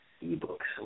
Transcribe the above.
E-books